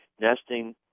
nesting